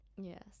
Yes